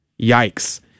Yikes